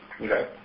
Okay